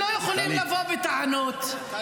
-- אתם לא יכולים לבוא בטענות -- טלי.